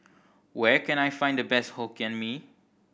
where can I find the best Hokkien Mee